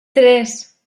tres